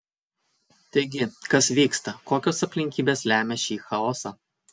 taigi kas vyksta kokios aplinkybės lemia šį chaosą